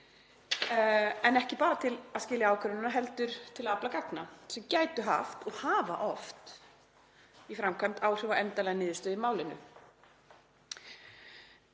en ekki bara til að skilja ákvarðanirnar heldur til að afla gagna sem gætu haft og hafa oft í framkvæmd áhrif á endanlega niðurstöðu í málinu.